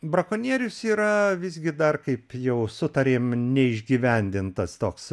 brakonierius yra visgi dar kaip jau sutarėm neišgyvendintas toks